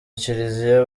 kiliziya